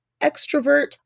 extrovert